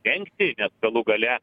dengti nes galų gale